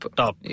top